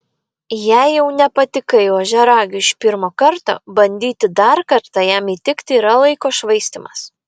jei jau nepatikai ožiaragiui iš pirmo karto bandyti dar kartą jam įtikti yra laiko švaistymas